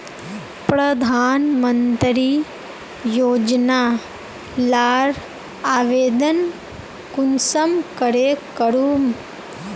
प्रधानमंत्री योजना लार आवेदन कुंसम करे करूम?